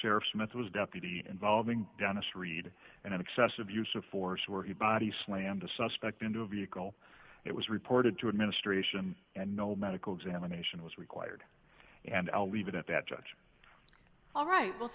sheriff smith was deputy involving dentist read an excessive use of force where he body slammed a suspect into a vehicle it was reported to administration and no medical examination was required and i'll leave it at that judge all right